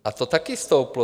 A to taky stouplo.